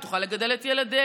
היא תוכל לגדל את ילדיה,